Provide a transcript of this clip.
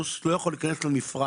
והאוטובוס לא יכול להיכנס למפרץ.